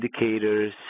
indicators